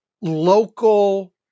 local